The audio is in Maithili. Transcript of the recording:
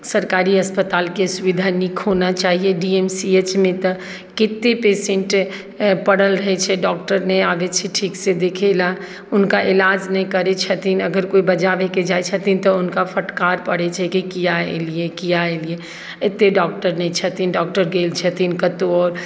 सरकारी अस्पतालके सुविधा नीक होना चाहिये डी एम सी एच मे तऽ कतेक पेशेन्ट पड़ल रहैत छै डॉक्टर नहि आबैत छै ठीकसँ देखय लेल हुनका इलाज नहि करैत छथिन अगर कोइ बजाबयके जाइत छथिन तऽ हुनका फटकार पड़ैत छै कि किया एलियै किया एलियै एतय डॉक्टर नहि छथिन डॉक्टर गेल छथिन कतहु आओर